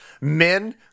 men